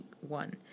one